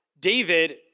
David